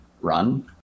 run